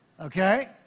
Okay